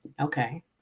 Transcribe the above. Okay